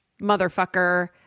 motherfucker